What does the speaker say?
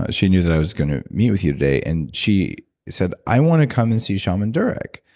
ah she knew that i was going to meet with you today. and she said, i want to come and see shaman durek.